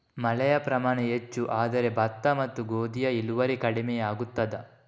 ಮಳೆಯ ಪ್ರಮಾಣ ಹೆಚ್ಚು ಆದರೆ ಭತ್ತ ಮತ್ತು ಗೋಧಿಯ ಇಳುವರಿ ಕಡಿಮೆ ಆಗುತ್ತದಾ?